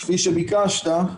כפי שביקשת,